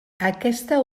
aquesta